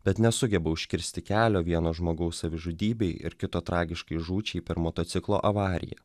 bet nesugeba užkirsti kelio vieno žmogaus savižudybei ir kito tragiškai žūčiai per motociklo avariją